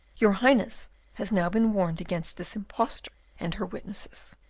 your highness has now been warned against this impostor and her witnesses.